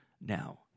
now